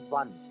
one